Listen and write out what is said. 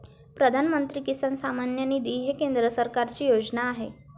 प्रधानमंत्री किसान सन्मान निधी ही केंद्र सरकारची योजना आहे